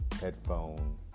headphone